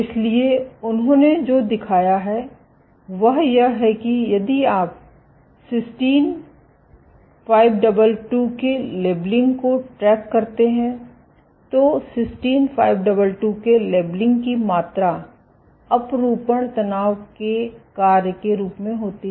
इसलिए उन्होंने जो दिखाया है वह यह है कि यदि आप सिस्टीन 522 के लेबलिंग को ट्रैक करते हैं तो सिस्टीन 522 के लेबलिंग की मात्रा अपरूपण तनाव के कार्य के रूप में होती है